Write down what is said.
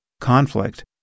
conflict